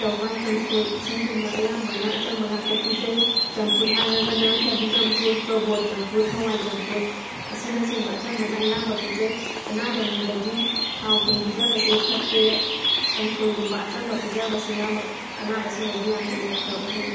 ꯆꯥꯛꯍꯋꯥꯏ ꯀꯥꯡꯁꯣꯏ ꯁꯤꯡꯒꯨꯝꯕ ꯑꯌꯥꯝꯕꯅ ꯑꯆꯝꯕ ꯉꯥꯛꯇ ꯄꯤꯖꯩ ꯆꯝꯐꯨꯠ ꯍꯥꯏꯔꯒꯅ ꯊꯕꯤ ꯆꯝꯐꯨꯠ ꯇꯣꯔꯕꯣꯠ ꯆꯝꯐꯨꯠ ꯍꯋꯥꯏ ꯆꯝꯐꯨꯠ ꯑꯁꯤꯅꯆꯤꯡꯕ ꯑꯆꯝꯕꯅ ꯑꯌꯥꯝꯕ ꯄꯤꯖꯩ ꯑꯅꯥꯕ ꯃꯤꯗꯗꯤ ꯊꯥꯎ ꯊꯨꯝ ꯄꯤꯖꯕꯁꯤ ꯐꯠꯇꯦ ꯀꯥꯡꯁꯣꯏꯒꯨꯝꯕ ꯑꯆꯝꯕ ꯄꯤꯖꯕꯁꯤꯅ ꯑꯅꯥꯕꯁꯤꯡꯗꯗꯤ ꯌꯥꯝ ꯊꯨꯅ ꯐꯕ ꯍꯦꯜꯂꯤ